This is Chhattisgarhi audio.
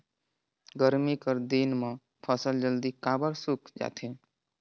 गरमी कर दिन म फसल जल्दी काबर सूख जाथे?